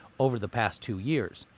over the past two years,